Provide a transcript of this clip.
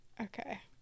Okay